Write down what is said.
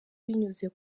binyuze